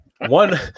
One